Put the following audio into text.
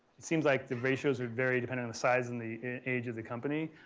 it seems like the ratios are varied kind of in the size and the age of the company.